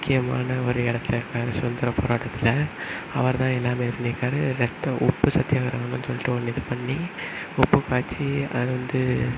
முக்கியமான ஒரு இடத்துல இருக்கார் சுதந்திர போராட்டத்தில் அவர்தான் எல்லாமே பண்ணியிருக்காரு ரத்தோம் உப்பு சத்தியாகிரகம்னு சொல்லிவிட்டு ஒன்று இது பண்ணி உப்பு காய்ச்சி அதில் வந்து